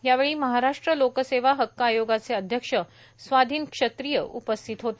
यावेळी महाराष्ट्र लोकसेवा हक्क आयोगाचे अध्यक्ष स्वाधीन क्षत्रिय आदी उपस्थित होते